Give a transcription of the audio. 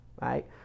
right